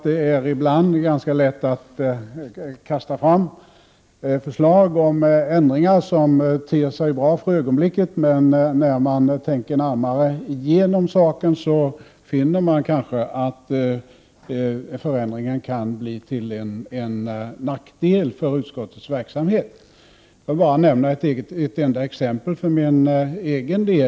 Det är ibland ganska lätt att kasta fram förslag om förändringar vilka ter sig bra för ögonblicket, men när man tänker igenom saken finner man kanske att förändringen kan bli till en nackdel för utskottets verksamhet. Låt mig nämna ett exempel från mitt eget erfarenhetsområde.